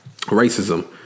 racism